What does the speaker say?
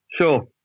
Sure